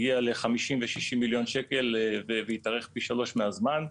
הגיע ל-50 ו-60 מיליון שקל והתארך פי שלוש מהזמן.